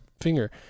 finger